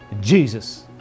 Jesus